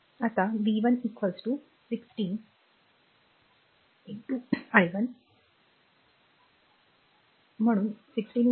आताv 1 16 i 1 so 16 3